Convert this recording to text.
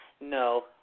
No